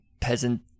Peasant